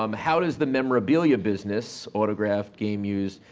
um how does the memorabilia business, autograph, game used,